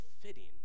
fitting